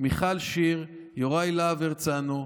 מיכל שיר, יוראי להב הרצנו,